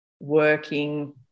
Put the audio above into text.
working